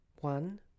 one